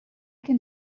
can